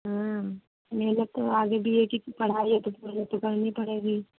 हाँ मेहनत तो आगे भी है कि पढ़ाई है कि मेहनत तो करनी पड़ेगी